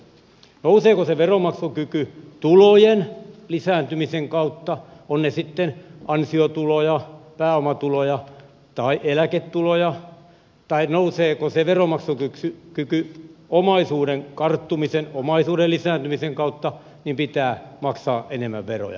nouseeko se veronmaksukyky tulojen lisääntymisen kautta ovat ne sitten ansiotuloja pääomatuloja tai eläketuloja tai nouseeko se veronmaksukyky omaisuuden karttumisen omaisuuden lisääntymisen kautta niin pitää maksaa enemmän veroja